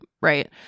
Right